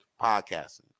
podcasting